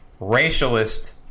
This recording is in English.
racialist